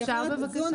מה?